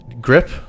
grip